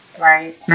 Right